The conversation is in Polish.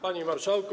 Panie Marszałku!